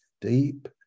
deep